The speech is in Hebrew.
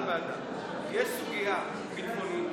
יש סוגיה ביטחונית,